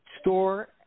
store